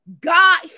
God